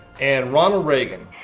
and ronald reagan.